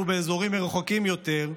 ואילו באזורים רחוקים יותר,